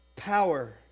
Power